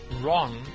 wrong